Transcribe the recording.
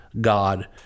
God